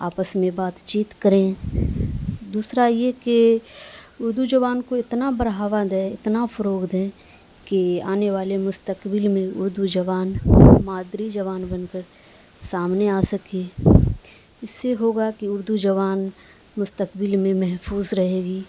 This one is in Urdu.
آپس میں بات چیت کریں دوسرا یہ کہ اردو زبان کو اتنا بڑھاوا دیں اتنا فروغ دیں کہ آنے والے مستقبل میں اردو زبان مادری زبان بن کر سامنے آ سکے اس سے ہوگا کہ اردو زبان مستقبل میں محفوظ رہے گی